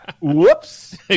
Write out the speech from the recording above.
Whoops